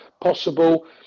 possible